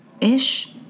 Ish